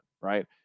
Right